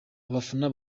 abafana